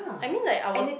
I mean like I was